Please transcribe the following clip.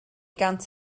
gant